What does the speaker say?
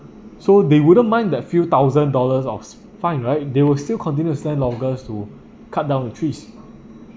so they wouldn't mind that few thousand dollars of fine right they will still continue to send loggers to cut down the trees